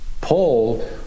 Paul